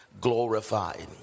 glorified